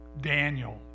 Daniel